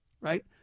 right